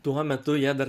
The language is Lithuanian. tuo metu ją dar